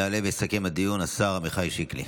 יעלה ויסכם את הדיון השר עמיחי שיקלי.